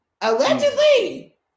Allegedly